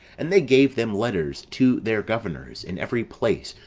and they gave them letters to their governors in every place,